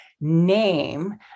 name